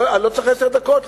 אני לא צריך עשר דקות,